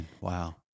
Wow